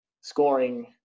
scoring